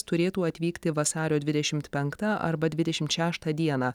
turėtų atvykti vasario dvidešimt penktą arba dvidešimt šeštą dieną